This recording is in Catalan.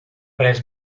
pres